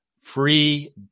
free